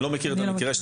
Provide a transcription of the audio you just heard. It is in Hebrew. אני לא מכיר את המקרה.